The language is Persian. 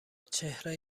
چهره